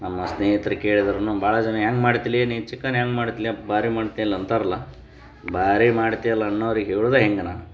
ನಮ್ಮ ಸ್ನೇಹಿತ್ರು ಕೇಳ್ದ್ರು ಭಾಳ ಜನ ಹೆಂಗೆ ಮಾಡ್ತಿಲೆ ನೀ ಚಿಕನ್ ಹೆಂಗೆ ಮಾಡ್ತ್ಲೆ ಪ್ ಭಾರೀ ಮಾಡ್ತೀಯಲ್ಲ ಅಂತಾರಲ್ಲ ಭಾರೀ ಮಾಡ್ತೀಯಲ್ಲ ಅನ್ನೋರಿಗೆ ಹೇಳೋದೇ ಹಿಂಗೆ ನಾನು